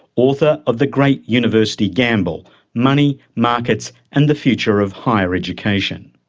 author of the great university gamble money, markets and the future of higher education.